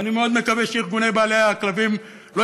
ואני מאוד מקווה שארגוני בעלי הכלבים לא